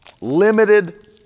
limited